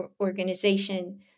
organization